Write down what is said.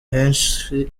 henshi